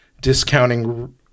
discounting